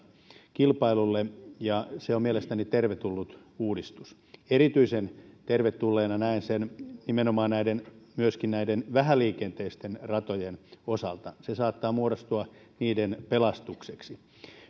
kilpailulle ja se on mielestäni tervetullut uudistus erityisen tervetulleena näen sen nimenomaan myöskin näiden vähäliikenteisten ratojen osalta se saattaa muodostua niiden pelastukseksi